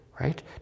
right